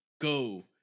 go